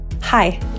Hi